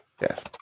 Yes